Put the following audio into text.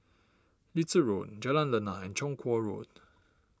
Little Road Jalan Lana and Chong Kuo Road